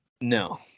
no